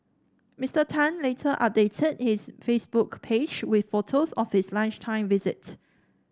Mister Tan later updated his Facebook page with photos of his lunchtime visit